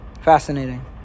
Fascinating